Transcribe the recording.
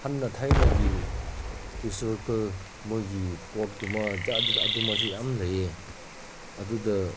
ꯍꯟꯅ ꯊꯥꯏꯅꯒꯤ ꯍꯤꯁꯇꯣꯔꯤꯀꯦꯜ ꯃꯣꯏꯒꯤ ꯄꯣꯠꯀꯨꯝꯕ ꯖꯥꯠ ꯖꯥꯠ ꯑꯗꯨꯝꯕꯁꯨ ꯌꯥꯝ ꯂꯩꯌꯦ ꯑꯗꯨꯗ